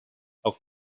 auf